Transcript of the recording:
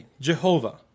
Jehovah